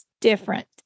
different